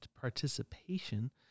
participation